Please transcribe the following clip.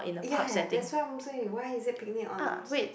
ya ya ya that's what I'm saying why is it picnic on